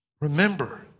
Remember